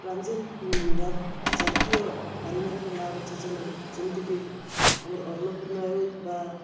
transgender ଜାତୀୟର ପାରିବାରିକ ଲାଭ ଯୋଜନା ଯେମିତିକି ଆମର ଅନ୍ନପୂର୍ଣ୍ଣା ବା